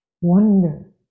wonder